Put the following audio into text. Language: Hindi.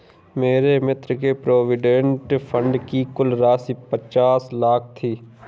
मेरे मित्र के प्रोविडेंट फण्ड की कुल राशि पचास लाख थी